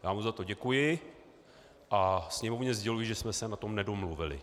Já mu za to děkuji a Sněmovně sděluji, že jsme se na tom nedomluvili.